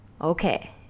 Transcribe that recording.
Okay